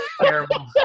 Terrible